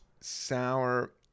Sour